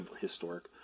historic